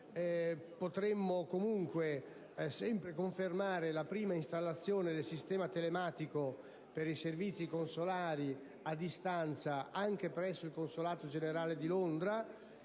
Parlamento; a realizzare la prima installazione del Sistema telematico per i Servizi consolari a distanza anche presso il Consolato generale di Londra,